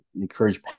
encourage